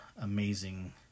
amazing